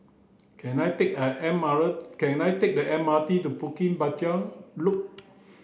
can I take the M R can I take the M R T to Bukit Panjang Loop